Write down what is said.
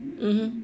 um